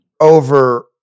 Over